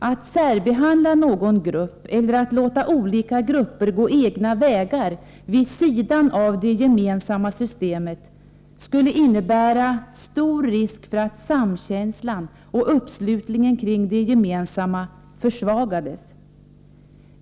Att särbehandla någon grupp eller att låta olika grupper gå egna vägar vid sidan av det gemensamma systemet skulle innebära stor risk för att samkänslan och uppslutningen kring det gemensamma försvagades.